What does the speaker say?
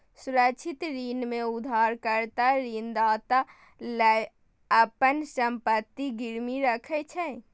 सुरक्षित ऋण मे उधारकर्ता ऋणदाता लग अपन संपत्ति गिरवी राखै छै